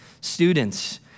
Students